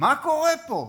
מה קורה פה?